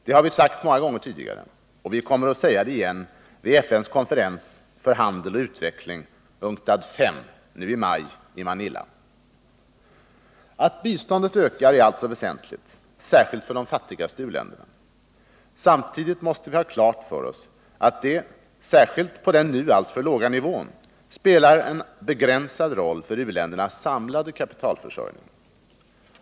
Det har vi sagt många gånger tidigare och vi kommer att säga det igen vid FN:s konferens för handel och utveckling — UNCTAD V -— nu i maj i Manila. Att biståndet ökar är alltså väsentligt, särskilt för de fattigaste u-länderna. Samtidigt måste vi ha klart för oss att det — särskilt på den nu alltför låga nivån — spelar en begränsad roll för u-ländernas samlade kapitalförsörjning.